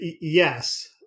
yes